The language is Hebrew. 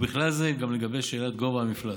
ובכלל זה לגבי שאלת גובה המפלס.